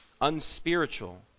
unspiritual